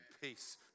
peace